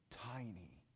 tiny